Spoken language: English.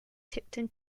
tipton